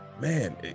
Man